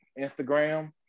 Instagram